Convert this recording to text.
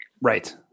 Right